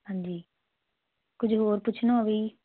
ਹਾਂਜੀ ਕੁਝ ਹੋਰ ਪੁੱਛਣਾ ਹੋਵੇ